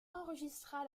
enregistra